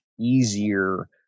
easier